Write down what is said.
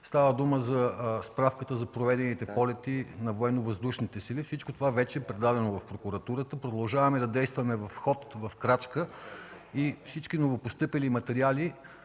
полети, за справка за проведените полети на Военновъздушните сили. Всичко това вече е предадено в прокуратурата. Продължаваме да действаме в ход, в крачка и всички новопостъпили материали